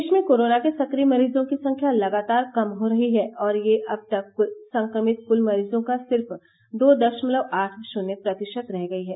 देश में कोरोना के सक्रिय मरीजों की संख्या लगातार कम हो रही है और यह अब तक संक्रमित हुए क्ल मरीजों का सिर्फ दो दशमलव आठ शून्य प्रतिशत रह गई है